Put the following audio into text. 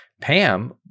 Pam